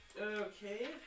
Okay